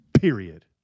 period